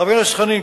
חבר הכנסת חנין,